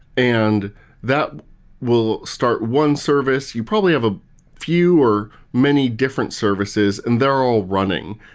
and that will start one service. you probably have a few or many different services and they are all running.